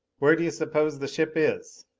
where do you suppose the ship is?